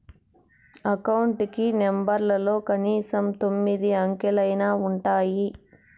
account కి నెంబర్లలో కనీసం తొమ్మిది అంకెలైనా ఉంటాయి